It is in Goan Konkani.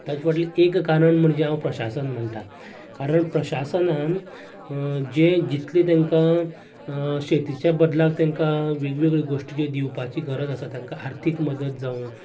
ताचे फाटले एक कारण म्हणजे हांव प्रशासन म्हणटा कारण प्रशासनान जे जितले तेंका शेतीच्या बदलांक तेंका वेगवेगळ्यो गोश्टी ज्यो दिवपाची गरज आसा तांका आर्थीक मदत जावं